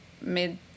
mid